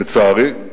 לצערי,